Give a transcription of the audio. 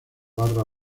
barra